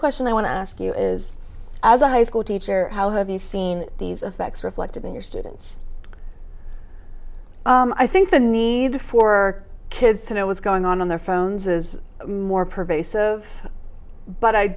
question i want to ask you is as a high school teacher how have you seen these effects reflected in your students i think the need for kids to know what's going on on their phones is more pervasive but i